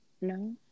No